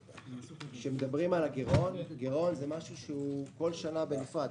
כשמדברים על הגירעון, גירעון מופיע בכל שנה בנפרד.